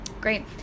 Great